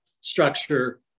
structure